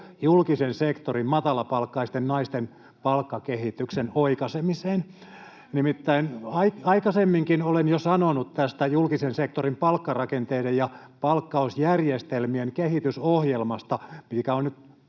julkisen sektorin matalapalkkaisten naisten palkkakehityksen oikaisemiseen. [Piritta Rantanen: Te tämän toitte, emme me!] Nimittäin aikaisemminkin olen jo sanonut tästä julkisen sektorin palkkarakenteiden ja palkkausjärjestelmien kehitysohjelmasta, mikä on nyt